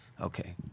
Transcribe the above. okay